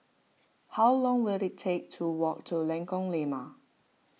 how long will it take to walk to Lengkong Lima